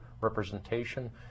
representation